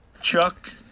Chuck